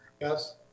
Yes